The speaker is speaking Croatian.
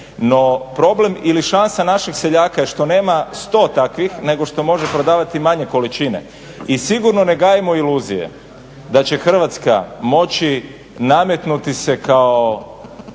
No problem ili šansa našeg seljaka je što nema 100 takvih nego što može prodavati manje količine. I sigurno ne gajimo iluzije da će Hrvatska moći nametnuti se kao